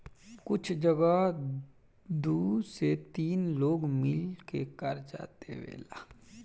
कुछ जगह दू से तीन लोग मिल के कर्जा देवेला